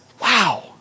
Wow